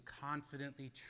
confidently